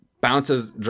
bounces